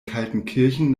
kaltenkirchen